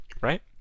Right